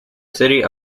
city